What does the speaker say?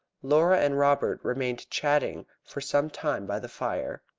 laura and robert remained chatting for some time by the fire,